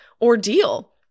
ordeal